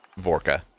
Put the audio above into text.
Vorka